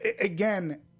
again